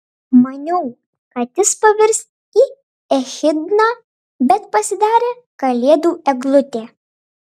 maniau kad jis pavirs į echidną bet pasidarė kalėdų eglutė